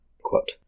Quote